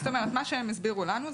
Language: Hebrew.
לפי מה שהם הסבירו לנו,